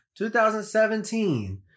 2017